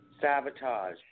sabotage